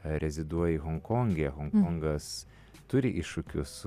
reziduoji honkonge honkongas turi iššūkius